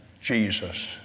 Jesus